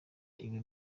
iwe